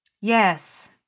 Yes